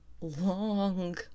long